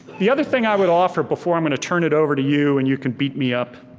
the other thing i would offer before i'm gonna turn it over to you and you can beat me up,